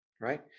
right